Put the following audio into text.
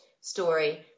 story